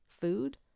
food